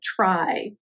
try